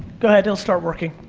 go ahead, it'll start working.